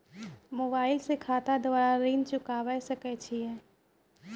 Mobile से खाता द्वारा ऋण चुकाबै सकय छियै?